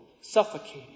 suffocating